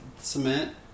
cement